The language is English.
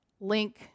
link